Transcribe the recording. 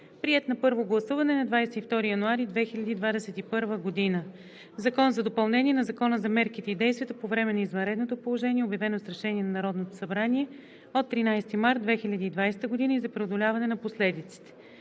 приет на първо гласуване на 22 януари 2021 г. „Закон за допълнение на Закона за мерките и действията по време на извънредното положение, обявено с решение на Народното събрание от 13 март 2020 г., и за преодоляване на последиците“.“